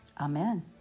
Amen